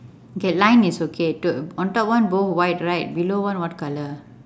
okay line is okay to~ on top one both white right below one what colour